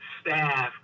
staff